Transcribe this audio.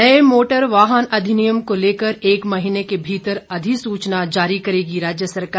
नए मोटर वाहन अधिनियम को लेकर एक महीने के भीतर अधिसूचना जारी करेगी राज्य सरकार